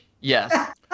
Yes